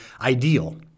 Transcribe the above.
ideal